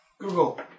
Google